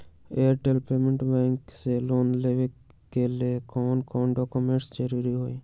Airtel payments bank से loan लेवे के ले कौन कौन डॉक्यूमेंट जरुरी होइ?